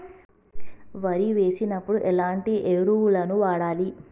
వరి వేసినప్పుడు ఎలాంటి ఎరువులను వాడాలి?